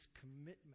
commitment